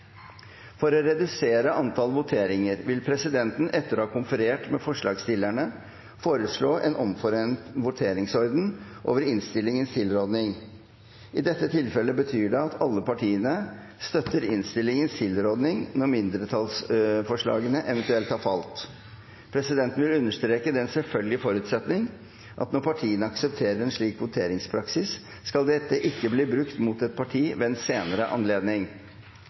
For å redusere antallet voteringer vil presidenten etter å ha konferert med forslagsstillerne foreslå en omforent voteringsorden over innstillingens tilråding. I dette tilfellet vil det bety at alle partiene støtter innstillingens tilråding når mindretallsforslagene eventuelt har falt. Presidenten vil understreke den selvfølgelige forutsetning at når partiene aksepterer en slik voteringspraksis, skal dette ikke bli brukt mot et parti ved en senere anledning.